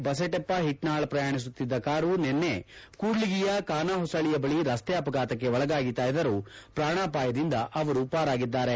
ಬಸಟೆಪ್ಪ ಹಿಟ್ನಾಳ ಪ್ರಯಾಣಿಸುತ್ತಿದ್ದ ಕಾರು ನಿನ್ನೆ ಕೂಡ್ಲಿಗಿಯ ಖಾನಾಹೊಸಹಳ್ಳಿಯ ಬಳಿ ರಸ್ತೆ ಅಪಘಾತಕ್ಕೆ ಒಳಗಾಯಿತಾದರೂ ಪ್ರಾಣಾಪಾಯದಿಂದ ಅವರು ಪಾರಾಗಿದ್ದಾರೆ